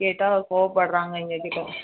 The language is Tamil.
கேட்டால் கோவப்பட்றாங்க எங்கள் கிட்டா